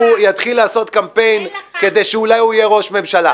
יתחיל לעשות קמפיין כדי שאולי הוא יהיה ראש ממשלה.